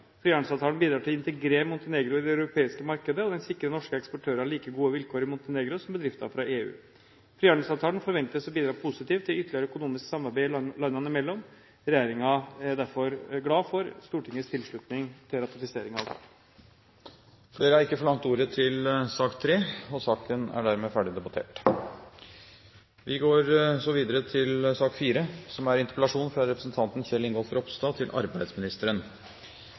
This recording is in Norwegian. Frihandelsavtalen bidrar til å integrere Montenegro i det europeiske markedet, og den sikrer norske eksportører like gode vilkår i Montenegro som bedrifter fra EU. Frihandelsavtalen forventes å bidra positivt til ytterligere økonomisk samarbeid landene imellom. Regjeringen er derfor glad for Stortingets tilslutning til å ratifisere denne avtalen. Flere har ikke bedt om ordet til sak nr. 3. Vi som er i denne sal, er svært heldige. Vi har en jobb å gå til